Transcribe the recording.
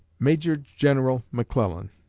major-general mcclellan.